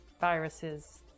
viruses